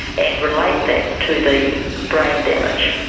and relate that to the brain damage.